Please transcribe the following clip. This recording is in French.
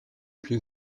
plus